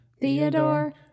Theodore